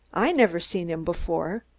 i never seen him before.